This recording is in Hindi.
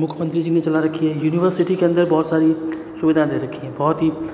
मुख्यमंत्री जी ने चला रखी है यूनिवर्सिटी के अन्दर बहुत सारी सुविधा दे रखी है बहुत ही